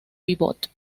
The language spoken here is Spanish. pívot